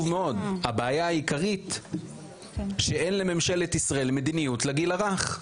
מאוד הבעיה העיקרית שאין לממשלת ישראל מדיניות לגיל הרך,